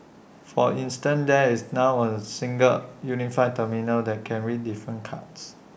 for instance there is now A single unified terminal that can read different cards